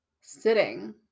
sitting